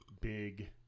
big